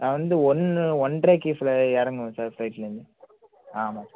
நான் வந்து ஒன்னு ஒன்றைக்கு ஃப்ளை சார் ஃப்ளைட்லேந்து ஆ ஆமாம் சார்